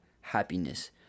happiness